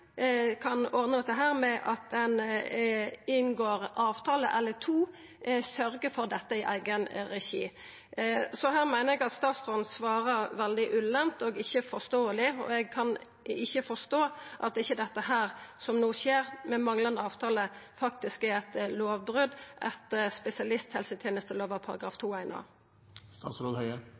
kan ordne dette med å inngå avtale, eller 2), sørgja for dette i eigen regi. Så her meiner eg at statsråden svarer veldig ullent og ikkje forståeleg, og eg kan ikkje forstå at det som no skjer, med manglande avtale, ikkje er eit